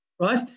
right